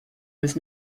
was